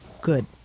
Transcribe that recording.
good